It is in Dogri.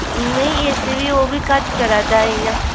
नेईं ए सी बी ओह् बी घट्ट चलै दा इ'यां